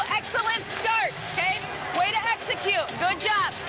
excellent start way to execute good john